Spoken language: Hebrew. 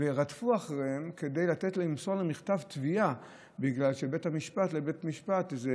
ורדפו אחריהם כדי למסור להם מכתב תביעה בבית משפט בגלל איזה